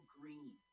green